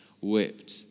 whipped